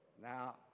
Now